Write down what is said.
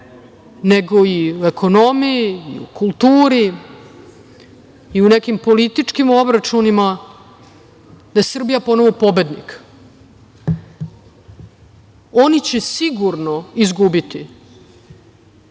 nego i u ekonomiji, kulturi i u nekim političkim obračunima, da je Srbija ponovo pobednik. Oni će sigurno izgubiti,